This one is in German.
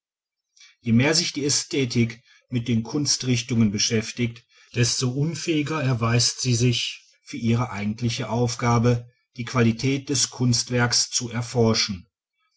je mehr sich die ästhetik mit den kunstrichtungen beschäftigt desto unfähiger erweist sie sich für ihre eigentliche aufgabe die qualität des kunstwerks zu erforschen